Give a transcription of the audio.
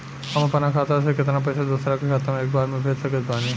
हम अपना खाता से केतना पैसा दोसरा के खाता मे एक बार मे भेज सकत बानी?